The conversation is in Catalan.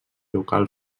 local